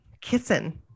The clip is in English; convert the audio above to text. Kissing